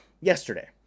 yesterday